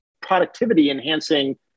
productivity-enhancing